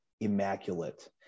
immaculate